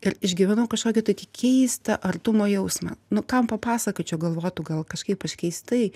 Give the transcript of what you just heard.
ir išgyvenau kažkokį tai tik keistą artumo jausmą nu kam papasakočiau galvotų gal kažkaip aš keistai